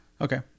Okay